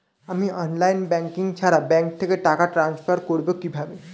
আমি online banking ছাড়া bank থেকে টাকা ট্রান্সফার করবো কিভাবে?